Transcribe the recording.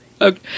Okay